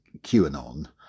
QAnon